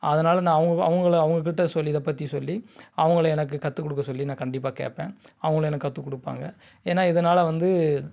அதனால் நான் அவங்க அவங்கள அவங்க கிட்டே சொல்லி இதை பற்றி சொல்லி அவங்கள எனக்கு கற்று கொடுக்க சொல்லி நான் கண்டிப்பாக கேட்பேன் அவங்களும் எனக்கு கற்று கொடுப்பாங்க ஏன்னால் இதனால் வந்து